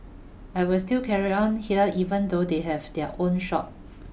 I will still carry on here even though they have their own shop